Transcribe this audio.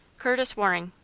curtis waring.